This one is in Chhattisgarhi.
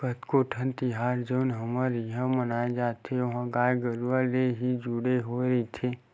कतको ठन तिहार जउन हमर इहाँ मनाए जाथे ओहा गाय गरुवा ले ही जुड़े होय रहिथे